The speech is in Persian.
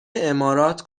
امارات